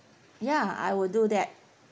ya I will do that